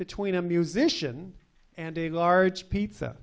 between a musician and a large pizza